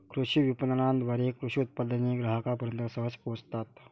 कृषी विपणनाद्वारे कृषी उत्पादने ग्राहकांपर्यंत सहज पोहोचतात